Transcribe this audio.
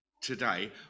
today